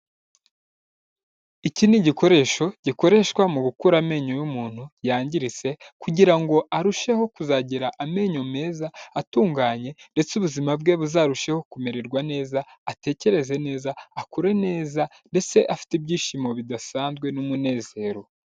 Iki ni igikoresho gikoreshwa mu gukura amenyo y'umuntu yangiritse kugira ngo arusheho kuzagira amenyo meza atunganye ndetse ubuzima bwe buzarusheho kumererwa neza atekereze neza, akure neza ndetse afite ibyishimo bidasanzwe n'umunezero.